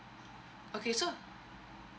okay so